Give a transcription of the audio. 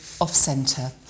off-centre